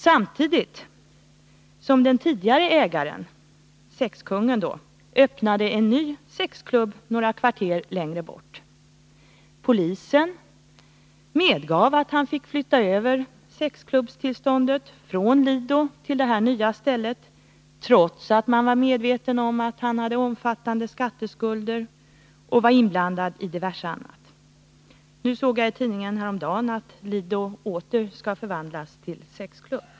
Samtidigt öppnade den tidigare ägaren, sexkungen, en ny sexklubb några kvarter längre bort. Polisen medgav att han fick flytta över sexklubbstillståndet från Lido till detta nya ställe trots att man var medveten om att han hade omfattande skatteskulder och var inblandad i diverse annat. Jag såg i tidningen häromdagen att Lido åter skall förvandlas till sexklubb.